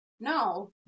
No